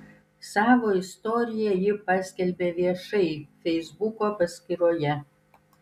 savo istoriją ji paskelbė viešai feisbuko paskyroje